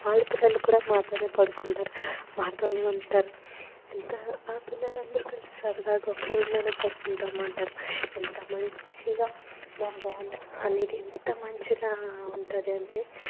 వాళ్ళ పిల్లలు కూడా మాతోనే పడుకుంటారు మాతోనే ఉంటారు ఎంత ఆ పిల్లలందరూ కలిసి సరదాగా ఒక రూమ్లోనే పడుకుంటామంటారు ఎంత మంచిగా మా బాండ్ అనేది ఎంత మంచిగా ఉంటుంది అంటే